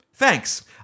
Thanks